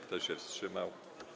Kto się wstrzymał?